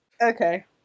Okay